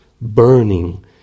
burning